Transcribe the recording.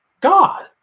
God